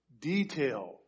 detail